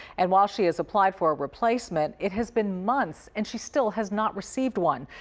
and while she has applied for a replacement, it has been months and she still has not received one.